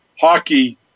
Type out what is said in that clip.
hockey